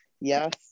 yes